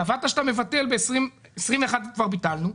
קבעת שאתה מבטל, ב-2021 כבר ביטלנו,